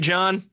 John